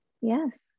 Yes